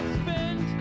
spend